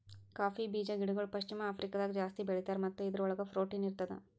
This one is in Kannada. ಕೌಪೀ ಬೀಜದ ಗಿಡಗೊಳ್ ಪಶ್ಚಿಮ ಆಫ್ರಿಕಾದಾಗ್ ಜಾಸ್ತಿ ಬೆಳೀತಾರ್ ಮತ್ತ ಇದುರ್ ಒಳಗ್ ಪ್ರೊಟೀನ್ ಇರ್ತದ